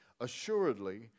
Assuredly